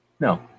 No